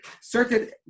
certain